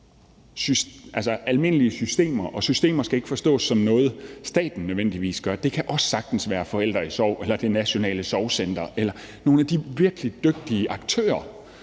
vores almindelige systemer, og systemer skal ikke forstås som noget, staten nødvendigvis gør, for det kan også sagtens være Forældre & Sorg eller Det Nationale Sorgcenter eller nogle af de virkelig dygtige aktører